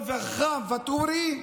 להפסיד במלחמה ולהגיד: אוי,